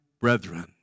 brethren